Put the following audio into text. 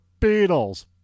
Beatles